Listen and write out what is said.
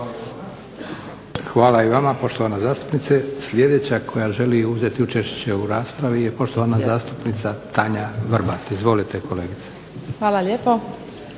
Hvala i vama poštovana zastupnice. Sljedeća koja želi uzeti učešće u raspravi je poštovana zastupnica Tanja Vrbat. Izvolite kolegice. **Vrbat